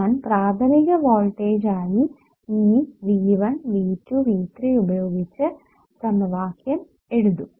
ഞാൻ പ്രാഥമിക വോൾടേജ് ആയി ഈ V1 V2 V3 ഉപയോഗിച്ച് സമവാക്യം എഴുതും